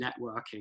networking